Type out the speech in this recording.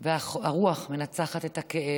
והרוח מנצחת את הכאב,